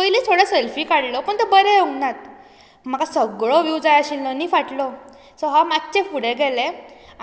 पयलींच थोडो सॅल्फी काडलो पूण ते बरें येवंक नात म्हाका सगळो व्यूव जाय आशिल्लो नी फाटलो सो हांव मात्शें फुडें गेलें